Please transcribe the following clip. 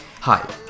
Hi